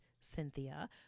Cynthia